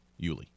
Yuli